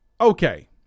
okay